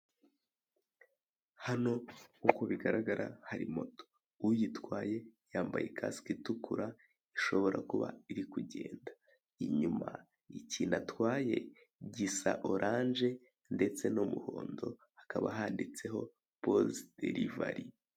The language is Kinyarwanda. Hano nk'uko bigaragara hari moto. Uyitwaye yambaye kasike utukura, ishobora kuba iri kugenda. Inyuma ikintu atwaye gisa oranje ndetse n'umuhondo, hakaba handitseho poze derivari.